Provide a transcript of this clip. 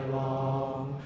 long